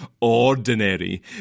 ordinary